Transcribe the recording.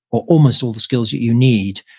or almost all the skills that you need,